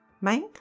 Mike